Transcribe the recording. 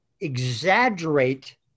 exaggerate